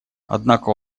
однако